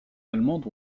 allemandes